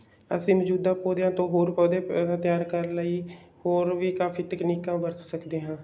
ਅਸੀਂ ਮੌਜੂਦਾ ਪੌਦਿਆਂ ਤੋਂ ਹੋਰ ਪੌਦੇ ਤਿਆਰ ਕਰਨ ਲਈ ਹੋਰ ਵੀ ਕਾਫੀ ਤਕਨੀਕਾਂ ਵਰਤ ਸਕਦੇ ਹਾਂ